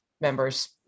members